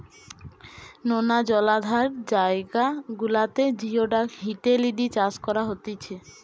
নোনা জলাধার জায়গা গুলাতে জিওডাক হিটেলিডি চাষ করা হতিছে